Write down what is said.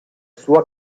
sua